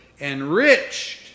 enriched